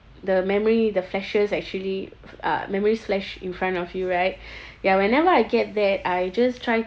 the memory the flashes actually uh memories flash in front of you right ya whenever I get that I just try